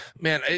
man